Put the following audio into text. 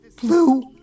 blue